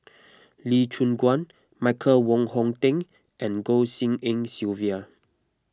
Lee Choon Guan Michael Wong Hong Teng and Goh Tshin En Sylvia